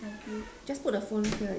just put the phone